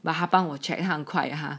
but 他帮我 check 他很快的他